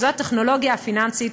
שזו הטכנולוגיה הפיננסית,